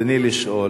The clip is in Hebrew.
רצוני לשאול: